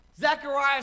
Zechariah